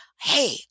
hey